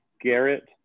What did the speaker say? Garrett